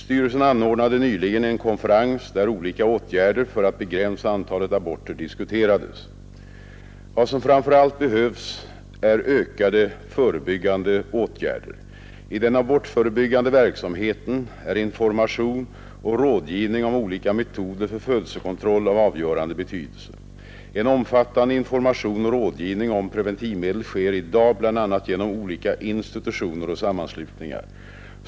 Styrelsen anordnade nyligen en konferens där olika åtgärder för att begränsa antalet aborter diskuterades. Vad som framför allt behövs är ökade förebyggande åtgärder. I den abortförebyggande verksamheten är information och rådgivning om olika metoder för födelsekontroll av avgörande betydelse. En omfattande information och rådgivning om preventivmedel sker i dag bl.a. genom olika institutioner och sammanslutningar.